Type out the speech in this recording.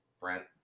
Brent